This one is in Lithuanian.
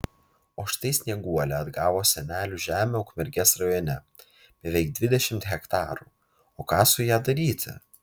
o štai snieguolė atgavo senelių žemę ukmergės rajone beveik dvidešimt hektarų o ką su ja daryti